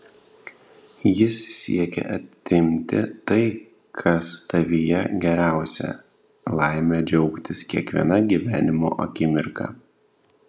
jis siekia atimti tai kas tavyje geriausia laimę džiaugtis kiekviena gyvenimo akimirka